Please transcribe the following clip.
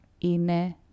ine